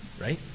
right